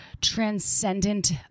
transcendent